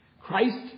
Christ